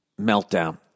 meltdown